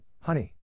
honey